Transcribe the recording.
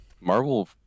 marvel